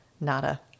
Nada